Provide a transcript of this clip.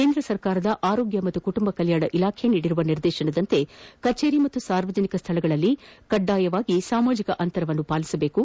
ಕೇಂದ್ರ ಸರ್ಕಾರದ ಆರೋಗ್ಯ ಮತ್ತು ಕುಟುಂಬ ಕಲ್ಲಾಣ ಇಲಾಖೆ ನೀಡಿರುವ ನಿರ್ದೇಶನದಂತೆ ಕಜೇರಿ ಹಾಗೂ ಸಾರ್ವಜನಿಕ ಸ್ಥಳಗಳಲ್ಲಿ ಕಡ್ಡಾಯವಾಗಿ ಸಾಮಾಜಕ ಅಂತರ ಪಾಲಿಸಬೇಕು